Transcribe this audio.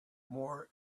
more